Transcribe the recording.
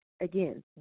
Again